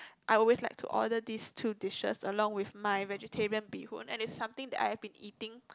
I always like to order these two dishes along with my vegetarian bee-hoon and it's something that I have been eating